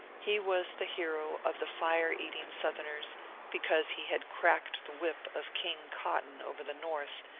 he was the hero of the fire-eating south erners because he had cracked the whip of king cotton over the north,